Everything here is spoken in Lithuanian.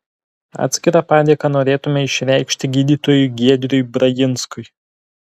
atskirą padėką norėtume išreikšti gydytojui giedriui brajinskui